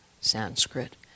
Sanskrit